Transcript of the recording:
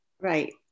Right